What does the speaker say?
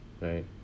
right